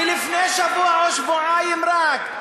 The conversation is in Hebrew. ולפני שבוע או שבועיים רק,